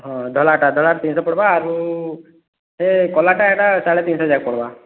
ହଁ ଧଲାଟା ଧଲା ତିନଶହ ପଡ଼ବା ଆରୁ ହେ କଲାଟା ହେଟା ସାଢ଼େ ତିନଶହ ଯାକେ ପଡ଼ବା